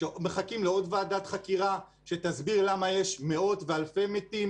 מחכים לעוד ועדת חקירה שתסביר למה יש מאות ואלפי מתים,